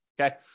Okay